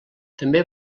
també